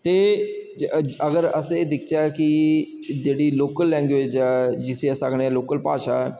ते अगर अस एह् दिक्खचै कि ते जेह्ड़ी लोकल लैंग्वेज ऐ जिसी आखदे लोकल भाशा ऐ